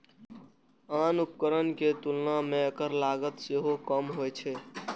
आन उपकरणक तुलना मे एकर लागत सेहो कम होइ छै